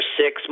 six